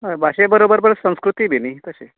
हय भाशे बरोबर बर संस्कृती बी न्ही तशें